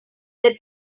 that